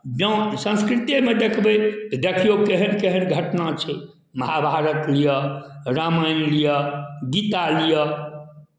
जँ संस्कृतेमे देखबै तऽ देखियौ केहन केहन घटना छै महाभारत लिअ रामायण लिअ गीता लिअ